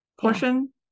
portion